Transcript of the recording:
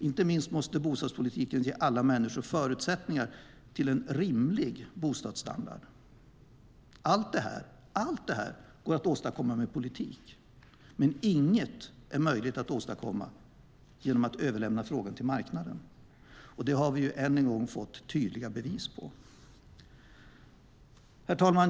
Inte minst måste bostadspolitiken ge alla människor förutsättningar till en rimlig bostadsstandard. Allt detta går att åstadkomma med politik, men inget är möjligt att åstadkomma genom att överlämna frågan till marknaden. Det har vi än en gång fått tydliga bevis på. Herr talman!